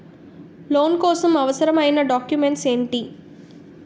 Loan కోసం అవసరమైన documents ఎంటి?